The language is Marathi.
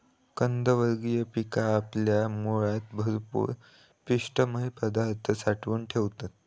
कंदवर्गीय पिका आपल्या मुळात भरपूर पिष्टमय पदार्थ साठवून ठेवतत